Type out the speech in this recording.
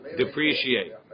depreciate